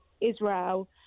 Israel